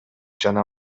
жана